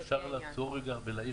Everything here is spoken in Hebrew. "גוף הצלה"